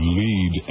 lead